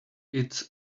its